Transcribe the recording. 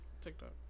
TikTok